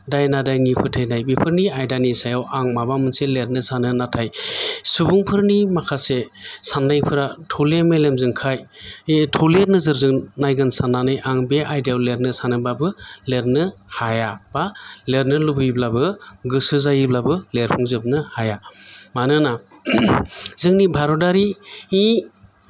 दायना दायनि फोथायनाय बेफोरनि आयदानि सायाव आं माबा मोनसे लिरनो सानो नाथाय सुबुंफोरनि माखासे साननायफोरा थौले मेलेमजों खाय बे थौले नोजोरजों नायगोन साननानै आं बे आयदायाव लिरनो सानोबाबो लिरनो हाया बा लिरनो लुबैब्लाबो गोसो जायोब्लाबो लिरफुंजोबनो हाया मानोना जोंनि भारतारिनि